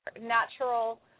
natural